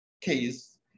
case